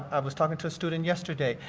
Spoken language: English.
i was talking to a student yesterday.